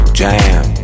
jam